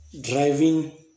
driving